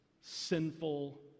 sinful